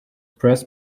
press